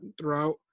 throughout